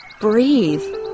breathe